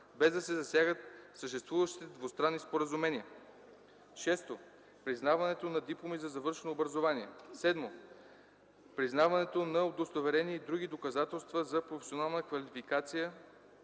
без да се засягат съществуващите двустранни споразумения; 6. признаването на дипломи за завършено образование; 7.признаването на удостоверения и други доказателства за професионална квалификация